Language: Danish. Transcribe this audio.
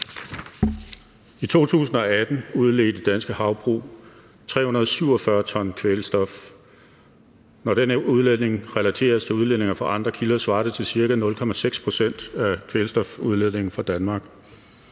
I 2018 udledte danske havbrug 347 t kvælstof. Når den her udledning relateres til udledninger fra andre kilder, svarer det til ca. 0,6 pct. af kvælstofudledningen fra Danmark.